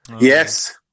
Yes